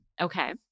Okay